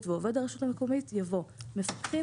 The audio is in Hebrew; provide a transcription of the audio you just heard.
ועובד הרשות המקומית" יבוא "מפקחים,